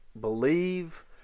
believe